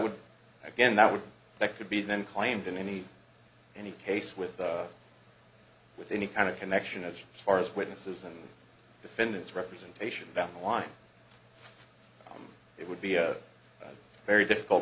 would again that would that could be then claimed in any any case with with any kind of connection as far as witnesses and defendants representation about why it would be a very difficult